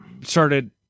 started